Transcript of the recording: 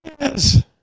Yes